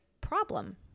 problem